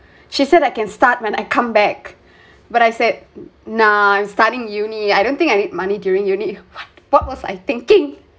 she said I can start when I come back but I said nah I'm studying uni I don't think I need money during uni what what was I thinking